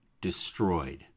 destroyed